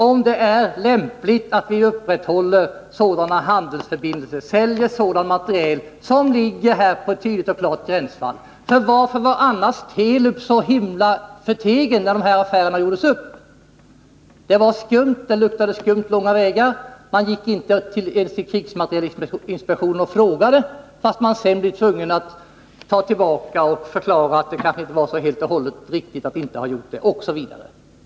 Är det lämpligt att upprätthålla sådana handelsförbindelser och att sälja sådan materiel som klart och tydligt utgör ett gränsfall? Varför var annars Telub så förteget när affärerna gjordes upp? Det verkade skumt. Man vände sig inte ens till krigsmaterielinspektionen och frågade, trots att man senare blev tvungen att ta tillbaka och förklara att det kanske inte var så alldeles riktigt att inte ha gjort det, osv.